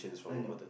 I know